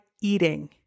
eating